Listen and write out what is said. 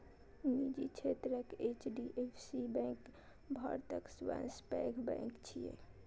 निजी क्षेत्रक HDFC bank भारतक सबसं पैघ बैंक छियै